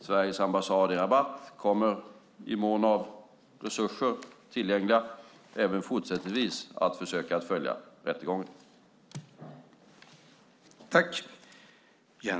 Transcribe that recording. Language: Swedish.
Sveriges ambassad i Rabat kommer i mån av tillgängliga resurser även fortsättningsvis att försöka följa rättegången.